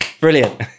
Brilliant